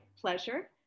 pleasure